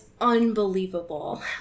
unbelievable